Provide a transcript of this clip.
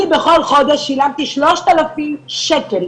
אני בכל חודש שילמתי 3,000 שקל,